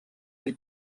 del